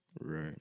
Right